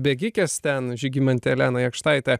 bėgikės ten žygimantę eleną jakštaitę